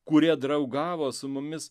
kurie draugavo su mumis